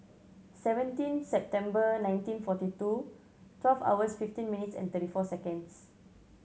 seventeen September nineteen forty two twelve hours fifteen minutes and thirty four seconds